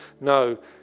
No